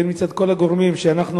והן מצד כל הגורמים שאנחנו,